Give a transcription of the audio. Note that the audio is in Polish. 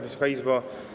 Wysoka Izbo!